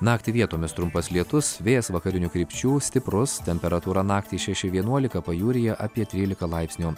naktį vietomis trumpas lietus vėjas vakarinių krypčių stiprus temperatūra naktį šeši vienuolika pajūryje apie trylika laipsnių